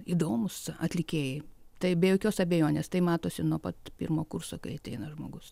įdomūs atlikėjai tai be jokios abejonės tai matosi nuo pat pirmo kurso kai ateina žmogus